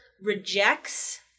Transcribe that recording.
rejects